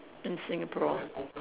in Singapore